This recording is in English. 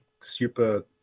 super